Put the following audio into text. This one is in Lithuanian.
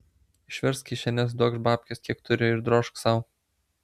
išversk kišenes duokš babkes kiek turi ir drožk sau